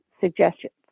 suggestions